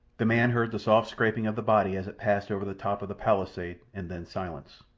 the man heard the soft scraping of the body as it passed over the top of the palisade, and then silence.